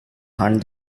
hunt